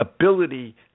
ability